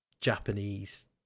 Japanese